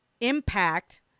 impact